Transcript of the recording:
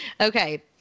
okay